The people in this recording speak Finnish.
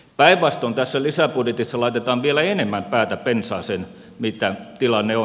päinvastoin tässä lisäbudjetissa laitetaan vielä enemmän päätä pensaaseen mitä tilanne on